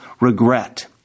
regret